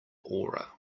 aura